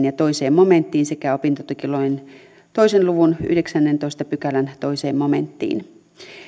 ja kaksi momenttiin sekä opintotukilain kahden luvun yhdeksännentoista pykälän toiseen momenttiin